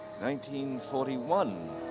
1941